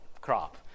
crop